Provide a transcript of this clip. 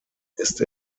ist